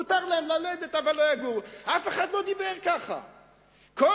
מותר ללדת, אבל לא יגורו שם.